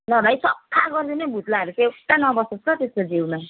ल भाइ सफा गरिदिनु है भुत्लाहरू चाहिँ एउटा नबसोस् है ल त्यसको जिउमा